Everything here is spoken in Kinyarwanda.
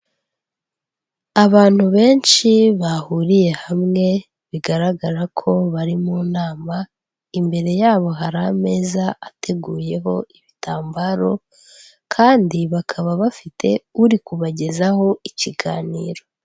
Abantu benshi bahuriye hamwe bigaragara ko bari mu nama, imbere yabo hari ameza ateguyeho ibitambaro kandi bakaba bafite uri kubagezaho ikiganiro.